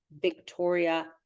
Victoria